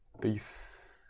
Peace